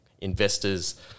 investors